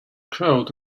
crowd